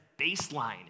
baseline